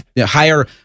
higher